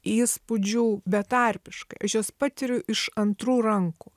įspūdžių betarpiškai šios patiriu iš antrų rankų